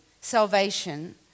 salvation